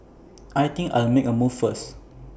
I think I'll make A move first